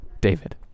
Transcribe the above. David